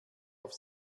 auf